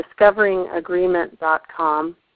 DiscoveringAgreement.com